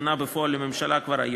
נתונה בפועל לממשלה כבר היום.